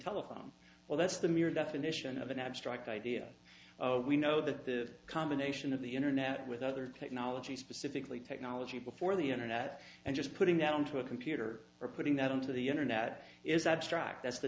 telephone well that's the mere definition of an abstract idea we know that the combination of the internet with other technologies specifically technology before the internet and just putting that into a computer or putting that into the internet is abstract that's the